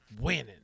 Winning